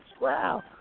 Wow